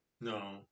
No